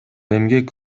эмгек